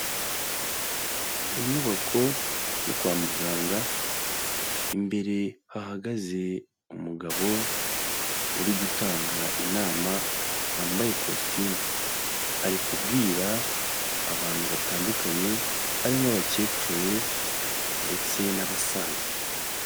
Inyubako yo kwa muganga, imbere hahagaze umugabo uri gutanga inama wambaye ikositimu ari kubwira abantu batandukanye hari nk'abakecuru ndetse n'abasaza.